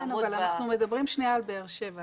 אנחנו מדברים שנייה על באר שבע.